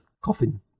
coffin